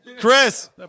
Chris